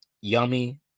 yummy